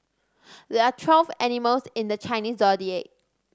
there are twelve animals in the Chinese Zodiac